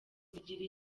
zigera